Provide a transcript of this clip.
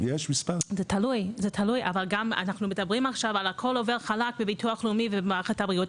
אנחנו מדברים עכשיו על הכל עובר חלק בביטוח לאומי ובמערכת הבריאות,